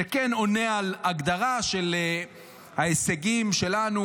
זה כן עונה על הגדרה של ההישגים שלנו